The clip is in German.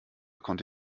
konnte